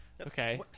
Okay